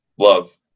love